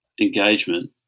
engagement